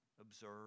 observe